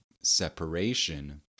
separation